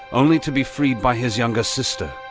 only to be freed by his younger sister.